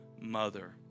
mother